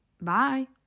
Bye